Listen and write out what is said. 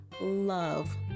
love